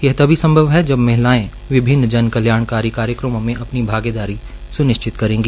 यह तभी संभव है जब महिलाएं विभिन्न जन कल्याणकारी कार्यक्रमों में अपनी भागीदारी सुनिश्चित करेंगी